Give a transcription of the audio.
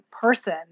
person